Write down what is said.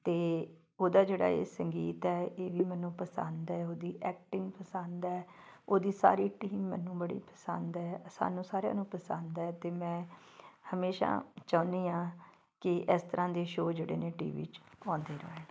ਅਤੇ ਉਹਦਾ ਜਿਹੜਾ ਇਹ ਸੰਗੀਤ ਹੈ ਇਹ ਵੀ ਮੈਨੂੰ ਪਸੰਦ ਹੈ ਉਹਦੀ ਐਕਟਿੰਗ ਪਸੰਦ ਹੈ ਉਹਦੀ ਸਾਰੀ ਟੀਮ ਮੈਨੂੰ ਬੜੀ ਪਸੰਦ ਹੈ ਸਾਨੂੰ ਸਾਰਿਆਂ ਨੂੰ ਪਸੰਦ ਹੈ ਅਤੇ ਮੈਂ ਹਮੇਸ਼ਾ ਚਾਹੁੰਦੀ ਹਾਂ ਕਿ ਇਸ ਤਰ੍ਹਾਂ ਦੇ ਸ਼ੋਅ ਜਿਹੜੇ ਨੇ ਟੀ ਵੀ 'ਚ ਆਉਂਦੇ ਰਹਿਣ